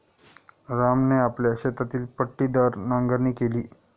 रामने आपल्या शेतातील पट्टीदार नांगरणी केली